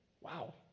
Wow